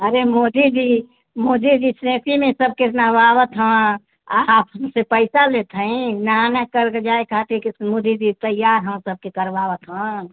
अरे मोदी जी मोजे जी सेती में सबके नहवावत हाेवा आप हमसे पैसा लेत हई नहाना करके जाय का है ता एके से मोदी जी तैयार हाँ सबके करवावत हाँ